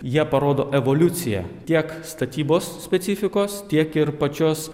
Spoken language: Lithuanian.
jie parodo evoliuciją tiek statybos specifikos tiek ir pačios